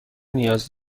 نیاز